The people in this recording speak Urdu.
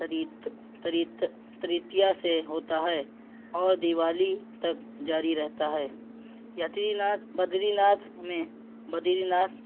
تریت تریت ترتیا سے ہوتا ہے اور دیوالی تک جاری رہتا ہے یتری ناتھ بھدری ناتھ ہمیں بدری ناتھ